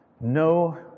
No